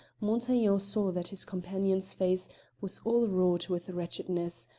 montaiglon saw that his companion's face was all wrought with wretchedness,